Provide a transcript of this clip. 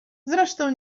zresztą